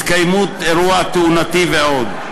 התקיימות אירוע תאונתי ועוד,